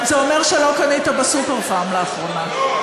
זה אומר שלא קנית ב"סופר פארם" לאחרונה.